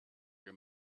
your